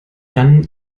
dann